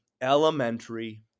elementary